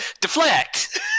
deflect